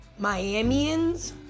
Miamians